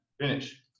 finish